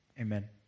Amen